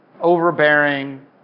overbearing